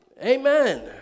Amen